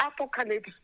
apocalypse